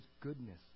goodness